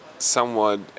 somewhat